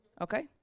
okay